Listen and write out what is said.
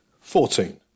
Fourteen